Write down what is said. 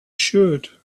should